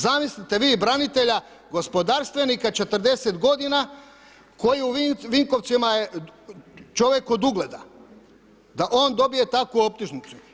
Zamislite vi branitelja, gospodarstvenika, 40 godina koji u Vinkovcima je čovjek od ugleda da on dobije takvu optužnicu.